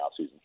offseason